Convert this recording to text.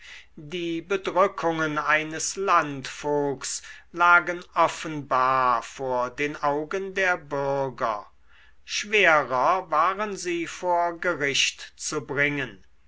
die bedrückungen eines landvogts lagen offenbar vor den augen der bürger schwerer waren sie vor gericht zu bringen